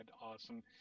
awesome